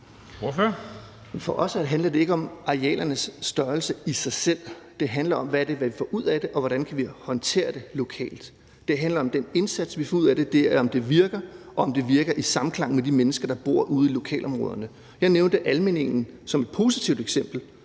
For os handler det ikke om arealernes størrelse i sig selv, det handler om, hvad vi får ud af det, og hvordan vi kan håndtere det lokalt. Det handler om, hvad vi får ud af indsatsen, og det er, om det virker, og om det virker i samklang med de mennesker, der bor ude i lokalområderne. Jeg nævnte Almindingen som et positivt eksempel,